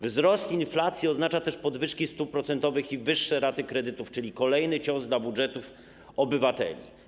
Wzrost inflacji oznacza też podwyżki stóp procentowych i wyższe raty kredytów, czyli kolejny cios dla budżetów obywateli.